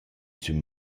sün